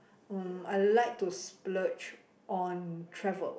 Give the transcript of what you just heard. mm I like to splurge on travel